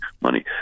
money